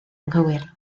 anghywir